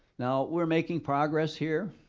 now we're making progress here.